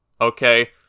Okay